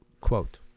quote